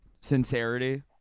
sincerity